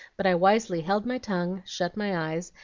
but i wisely held my tongue, shut my eyes,